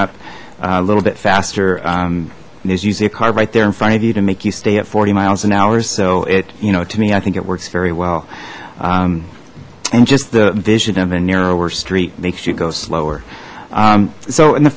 up a little bit faster there's usually a car right there in front of you to make you stay at forty miles an hour's so it you know to me i think it works very well and just the vision of a narrower street makes you go slower so in the